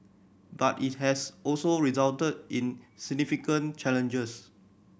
but it has also resulted in significant challenges